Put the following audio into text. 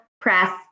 press